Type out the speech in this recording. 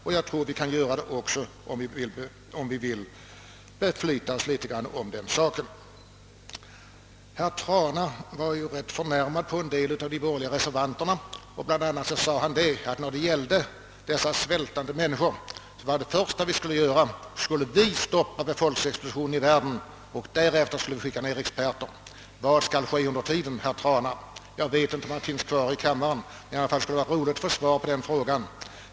Det tror jag också att vi skall kunna göra, om vi beflitar oss litet om den saken. Herr Trana var rätt förnärmad på en del av de borgerliga reservanterna. När det gäller de svältande människorna sade han, att vi först skulle stoppa befolkningsexplosionen i världen och därefter skicka ut experter. Men vad skall ske under tiden, herr Trana? Jag vet inte om herr Trana är kvar i kammaren, men det skulle vara roligt att få ett svar på den frågan.